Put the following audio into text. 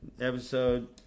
Episode